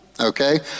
okay